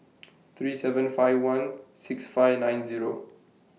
three seven five one six five nine Zero